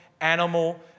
animal